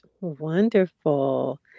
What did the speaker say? Wonderful